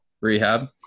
rehab